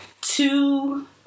two